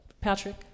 Patrick